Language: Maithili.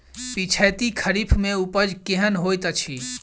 पिछैती खरीफ मे उपज केहन होइत अछि?